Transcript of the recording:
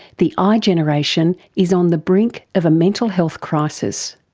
the igeneration is on the brink of a mental health crisis.